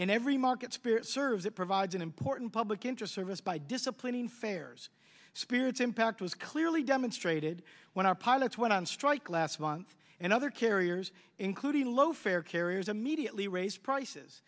in every market spirit serves it provides an important public interest service by disciplining fares spirits impact was clearly demonstrated when our pilots went on strike last month and other carriers including low fare carriers immediately raised prices